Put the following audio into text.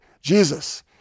Jesus